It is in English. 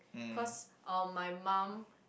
cause uh my mum